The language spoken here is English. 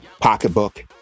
pocketbook